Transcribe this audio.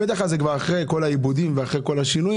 בטח אז זה כבר אחרי כל העיבודים ואחרי כל השינויים,